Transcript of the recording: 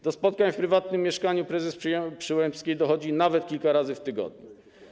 Do spotkań w prywatnym mieszkaniu prezes Przyłębskiej dochodzi nawet kilka razy w tygodniu.